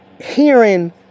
hearing